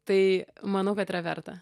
tai manau kad yra verta